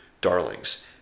darlings